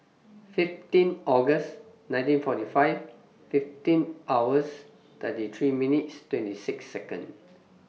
fifteen August nineteen forty five fifteen hours thirty three minutes twenty six Second